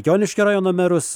joniškio rajono merus